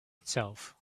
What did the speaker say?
itself